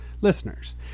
listeners